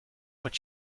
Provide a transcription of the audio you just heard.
what